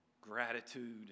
gratitude